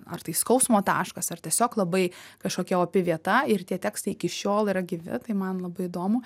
ar tai skausmo taškas ar tiesiog labai kažkokia opi vieta ir tie tekstai iki šiol yra gyvi tai man labai įdomu